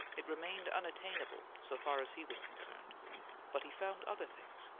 it remained unattainable, so far as he was concerned but he found other things.